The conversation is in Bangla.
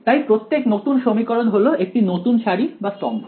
তাই প্রত্যেক নতুন সমীকরণ হলো একটি নতুন সারি বা স্তম্ভ